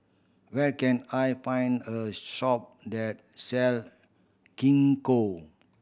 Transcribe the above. where can I find a shop that sell Gingko